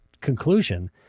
conclusion